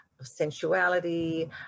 sensuality